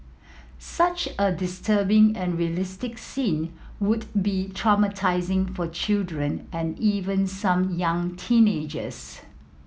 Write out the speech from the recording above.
such a disturbing and realistic scene would be traumatising for children and even some young teenagers